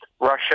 Russia